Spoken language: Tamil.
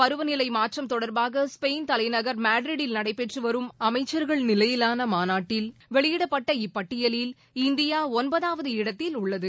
பருவநிலை மாற்றம் தொடர்பாக ஸ்பெயின் தலைநகர் மேட்ரிட்டில் நடைபெற்று வரும் அமைச்சர்கள் நிலையிலான மாநாட்டில் வெளியிடப்பட்ட இப்பட்டியலில் இந்தியா ஒன்பதாவது இடத்தில் உள்ளது